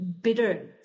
bitter